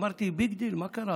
אמרתי: ביג דיל, מה קרה?